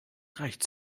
reicht